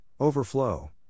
overflow